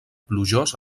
plujós